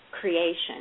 creation